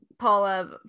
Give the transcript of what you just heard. Paula